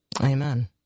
Amen